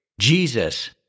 Jesus